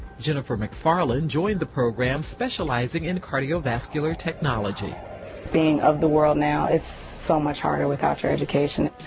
jennifer mcfar land joined the program specializing in cardiovascular technology being of the world now, it's so much harder without your education.